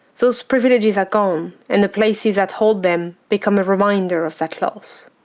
those privileges are gone and the places that hold them become a reminder of that loss.